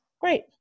great